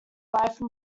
life